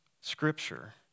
Scripture